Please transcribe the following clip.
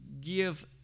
give